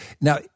now